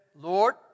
Lord